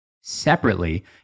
Separately